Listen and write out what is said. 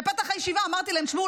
בפתח הישיבה אמרתי להם: שמעו,